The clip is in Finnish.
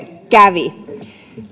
kävi